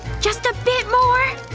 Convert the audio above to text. just a bit more!